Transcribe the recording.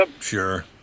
sure